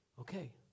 Okay